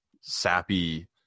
sappy